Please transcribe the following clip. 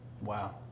Wow